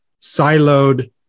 siloed